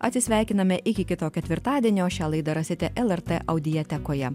atsisveikiname iki kito ketvirtadienio šią laidą rasite lrt audiotekoje